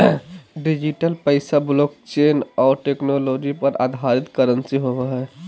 digital पैसा blockchain और technology पर आधारित करंसी होवो हइ